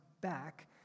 back